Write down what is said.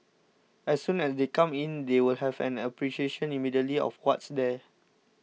as soon as they come in they will have an appreciation immediately of what's there